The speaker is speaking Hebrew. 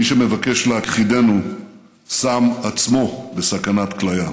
ומי שמבקש להכחידנו שם עצמו בסכנת כליה.